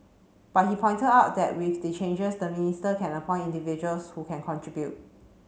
but he pointed out that with the changes the minister can appoint individuals who can contribute